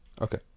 Okay